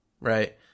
right